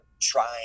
trying